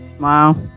Wow